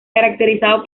caracterizado